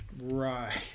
right